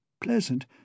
pleasant